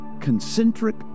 Concentric